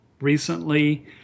recently